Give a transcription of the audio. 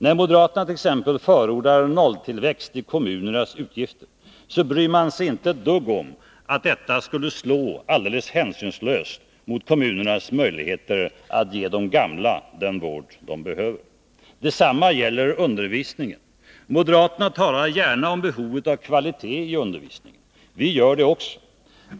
När moderaterna t.ex. förordar nolltillväxt i kommunernas utgifter bryr man sig inte ett dugg om att detta skulle slå hänsynslöst mot kommunernas möjligheter att ge de gamla den vård dessa behöver. Detsamma gäller undervisningen. Moderaterna talar gärna om behovet av kvalitet i undervisningen. Vi gör det också.